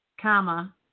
comma